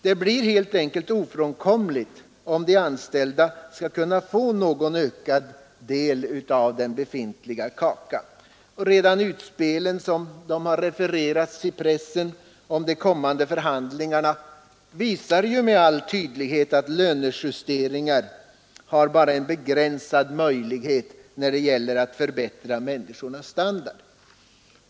Det blir helt enkelt ofrånkomligt, om de anställda skall kunna få någon ökad del av den befintliga kakan. Redan utspelen, som de har refererats i pressen, vid de kommande förhandlingarna visar med all tydlighet att lönejusteringar endast har en begränsad möjlighet att förbättra människornas standard.